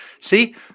See